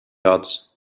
odds